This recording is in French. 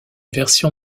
version